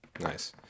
Nice